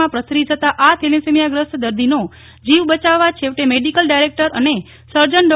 માં પ્રસરી જતા આ થેલેસેમીયાગ્રસ્ત દર્દીનો જીવ બચાવવા છેવટેમેડીકલ ડાયરેક્ટર અને સર્જન ડો